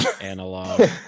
analog